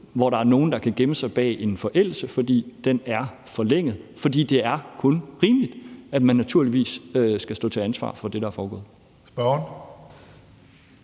hvor der er nogen, der kan gemme sig bag en forældelse, for nu er fristen forlænget. For det er kun rimeligt, at man naturligvis skal stå til ansvar for det, der er foregået.